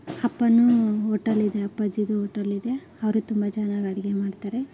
ಅಪ್ಪನೂ ಹೋಟಲಿದೆ ಅಪ್ಪಾಜಿದು ಓಟಲ್ ಇದೆ ಅವರು ತುಂಬ ಚೆನಾಗ್ ಅಡಿಗೆ ಮಾಡ್ತಾರೆ